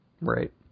Right